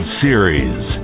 series